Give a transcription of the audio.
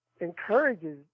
encourages